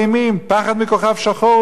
פחד מכוכב שחור, הוא כותב.